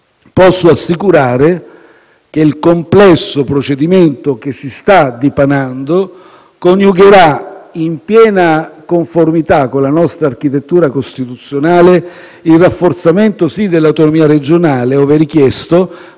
Posso assicurare che il complesso procedimento che si sta dipanando coniugherà, in piena conformità con la nostra architettura costituzionale, il rafforzamento, sì, dell'autonomia regionale ove richiesto,